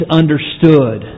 understood